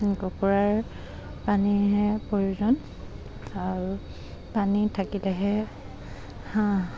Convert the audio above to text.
কুকুুৰাৰ পানীহে প্ৰয়োজন আৰু পানী থাকিলেহে হাঁহ